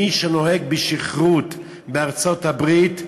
מי שנוהג בשכרות בארצות-הברית,